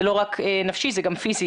זה לא רק נפשי זה גם פיזי,